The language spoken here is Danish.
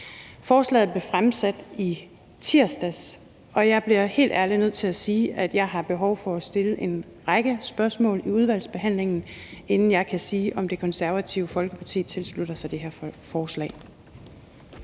Forslaget blev fremsat i tirsdags, og jeg bliver helt ærligt nødt til at sige, at jeg har behov for at stille en række spørgsmål i udvalgsbehandlingen, inden jeg kan sige, om Det Konservative Folkeparti tilslutter sig det her forslag.